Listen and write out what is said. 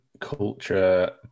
culture